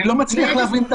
אני לא מצליח להבין.